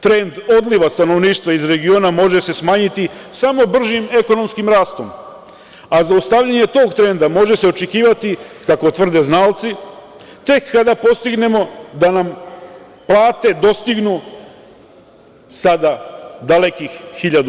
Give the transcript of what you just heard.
Trend odliva stanovništva iz regiona može se smanjiti samo bržim ekonomskim rastom, a zaustavljanje tog trenda može se očekivati, kako tvrde znalci, tek kada postignemo da nam plate dostignu sada dalekih 1.000 evra.